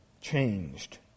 changed